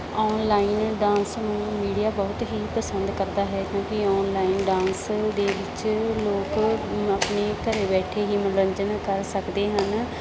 online dance ਨੂੰ media ਬਹੁਤ ਹੀ ਪਸੰਦ ਕਰਦਾ ਹੈ ਕਿਉਂਕਿ ਔਨਲਾਈਨ ਡਾਂਸ ਦੇ ਵਿੱਚ ਲੋਕ ਆਪਣੇ ਘਰ ਬੈਠੇ ਹੀ ਮਨੋਰੰਜਨ ਕਰ ਸਕਦੇ ਹਨ